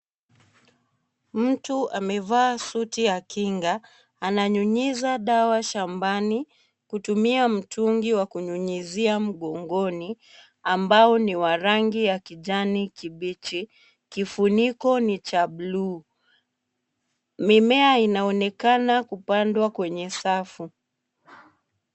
Mtu amevaa suti ya kinga, ananyunyiza dawa shambani kutumia mtungi wa kunyunyiza mgongoni ambao ni wa rangi ya kijani kibichi kifuniko ni cha bluu. Mimea inaonekana kupandwa kwenye safu.